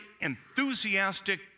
enthusiastic